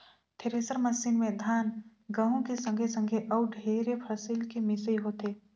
thresher machine में धान, गहूँ के संघे संघे अउ ढेरे फसिल के मिसई होथे